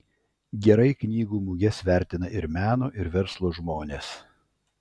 gerai knygų muges vertina ir meno ir verslo žmonės